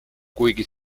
kuigi